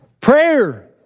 Prayer